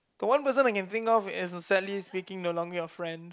the one person I can think of is sadly speaking no longer your friend